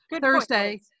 Thursday